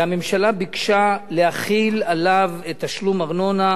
והממשלה ביקשה להחיל עליו תשלום ארנונה